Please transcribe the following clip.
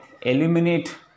eliminate